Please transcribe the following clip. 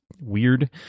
weird